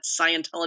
Scientology